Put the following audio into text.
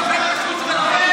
אני אוכל כשרות של הרבנות.